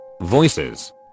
voices